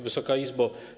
Wysoka Izbo!